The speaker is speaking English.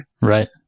right